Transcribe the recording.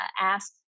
ask